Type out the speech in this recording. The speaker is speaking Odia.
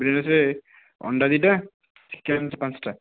ବିରିୟାନିରେ ସେ ଅଣ୍ଡା ଦୁଇଟା ଚିକେନ ପାଞ୍ଚଟା